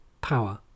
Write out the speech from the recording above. power